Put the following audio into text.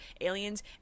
aliens